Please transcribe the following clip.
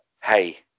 hey